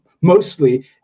Mostly